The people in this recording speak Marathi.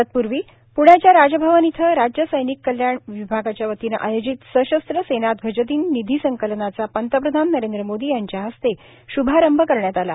तत्पूर्वी प्ण्याच्या राजभवन इथं राज्य सैनिक कल्याण विभागाच्यावतीनं आयोजित सशस्त्र सेना ध्वजदिन निधी संकलनाचा पंतप्रधान नरेंद्र मोदी यांच्या हस्ते श्भारंभ करण्यात आला